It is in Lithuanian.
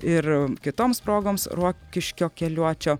ir kitoms progoms rokiškio keliuočio